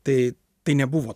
tai tai nebuvo